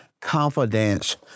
Confidence